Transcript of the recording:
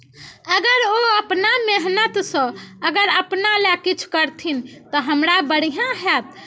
अगर ओ अपना मेहनतसँ अगर अपना लए किछु करथिन तऽ हमरा बढ़िआँ हैत